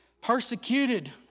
Persecuted